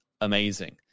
amazing